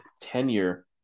tenure